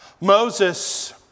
Moses